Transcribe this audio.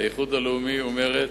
האיחוד הלאומי ומרצ: